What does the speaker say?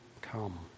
come